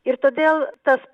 ir todėl tas